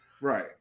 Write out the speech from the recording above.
Right